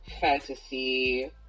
fantasy